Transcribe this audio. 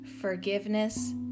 Forgiveness